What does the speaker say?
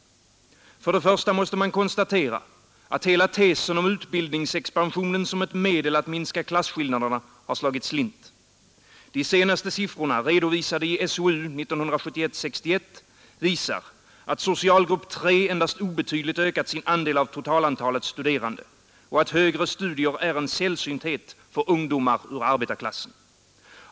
För det första måste man konstatera att hela tesen om utbildningsexpansionen som ett medel att minska klasskillnaderna har slagit slint. De senaste siffrorna, redovisade i SOU 1971:61, visar att socialgrupp 3 endast obetydligt ökat sin andel av totalantalet studerande och att högre studier är en sällsynthet för ungdomar ur arbetarklassen.